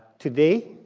today,